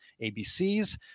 ABCs